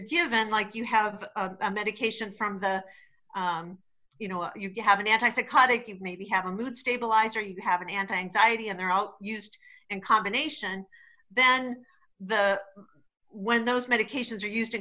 given like you have a medication from the you know you have an anti psychotic and maybe have a mood stabiliser you have an anti anxiety and they're out used in combination then when those medications are used in